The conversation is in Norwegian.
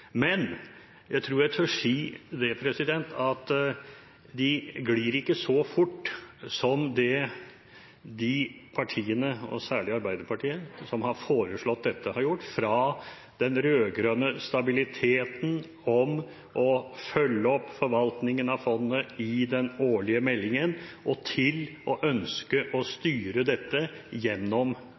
Men jeg tror jeg tør si at de ikke glir så fort som de gjør hos de partiene, særlig Arbeiderpartiet, som har foreslått dette – fra den rød-grønne stabiliteten som handler om å følge opp forvaltningen av fondet i den årlige meldingen, til å ønske å styre dette gjennom